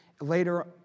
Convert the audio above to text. later